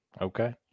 Okay